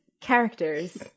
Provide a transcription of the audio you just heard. characters